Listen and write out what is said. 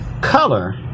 color